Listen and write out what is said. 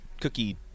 cookie